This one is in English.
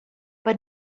but